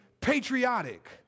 patriotic